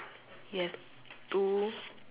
yes two